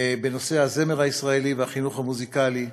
בנושא הזמר הישראלי והחינוך המוזיקלי.